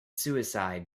suicide